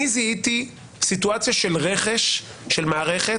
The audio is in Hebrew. אני זיהיתי סיטואציה של רכש של מערכת,